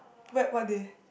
but what day